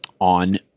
on